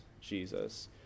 Jesus